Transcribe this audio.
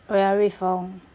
oh ya rui feng